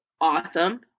awesome